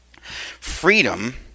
Freedom